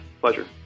Pleasure